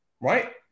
right